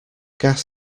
gas